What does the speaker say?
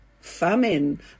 famine